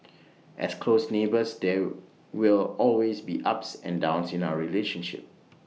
as close neighbours there will always be ups and downs in our relationship